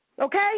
okay